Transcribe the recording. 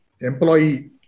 employee